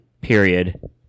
Period